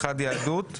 אחד יהדות התורה,